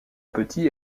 petit